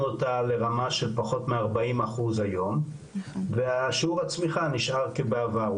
אותה לרמה של פחות מ- 40% היום ושיעור הצמיחה נשאר כבעבר,